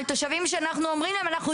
על תושבים שאנחנו אומרים להם: אנחנו